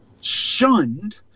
shunned